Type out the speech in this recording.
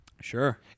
Sure